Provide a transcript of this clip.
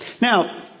Now